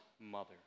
mother